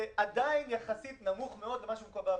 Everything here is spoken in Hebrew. זה עדיין יחסית נמוך מאוד למה שקורה בעולם.